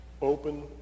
open